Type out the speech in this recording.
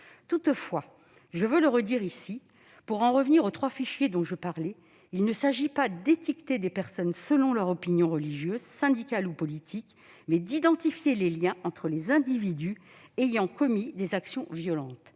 Toutefois, je veux le redire ici, pour en revenir aux trois fichiers dont je parlais, il s'agit non pas d'étiqueter des personnes selon leurs opinions religieuses, syndicales ou politiques, mais d'identifier les liens entre les individus ayant commis des actions violentes.